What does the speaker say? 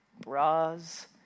bras